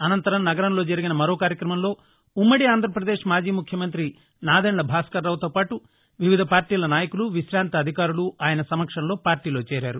అనంతరం నగరంలో జరిగిన మరో కార్యక్రమంలో ఉ మ్మడి ఆంధ్రపదేశ్ మాజీ ముఖ్యమంతి నాదెండ్ల భాస్కర్రావుతో పాటు వివిధ పార్టీల నాయకులు విశాంత అధికారులు ఆయన సమక్షంలో పార్టీలో చేరారు